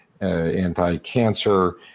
anti-cancer